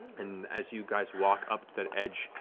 and as you guys walk up to that edge,